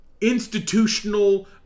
institutional